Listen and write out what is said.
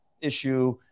issue